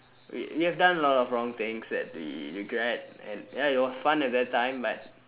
we we have done a lot of wrong things that we regret and ya it was fun at that time but